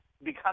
become